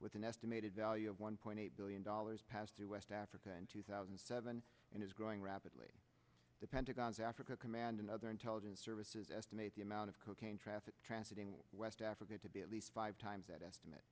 with an estimated value of one point eight billion dollars passed to west africa in two thousand and seven and is growing rapidly the pentagon's africa command and other intelligence services estimate the amount of cocaine traffic transiting west africa to be at least five times that estimate